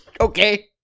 Okay